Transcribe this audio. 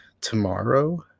tomorrow